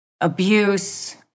abuse